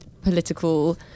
political